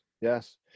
yes